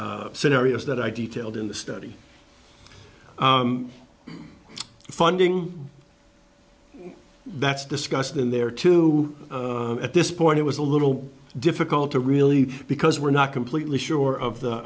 scenarios that i detailed in the study funding that's discussed in there too at this point it was a little difficult to really because we're not completely sure of the